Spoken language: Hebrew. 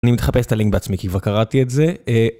אני מתחפש את הלינק בעצמי, כי כבר קראתי את זה.